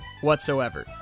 whatsoever